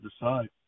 decide